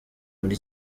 muri